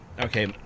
okay